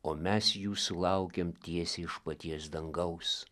o mes jų sulaukiam tiesiai iš paties dangaus